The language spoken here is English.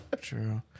true